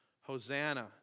Hosanna